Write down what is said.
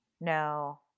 No